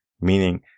meaning